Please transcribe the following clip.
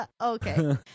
okay